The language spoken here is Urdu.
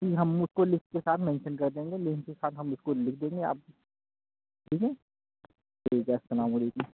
جی ہم اس کو لسٹ کے ساتھ مینشن کر دیں گے لسٹ کے ساتھ ہم اس کو لکھ دیں گے آپ ٹھیک ہے ٹھیک ہے السلام علیکم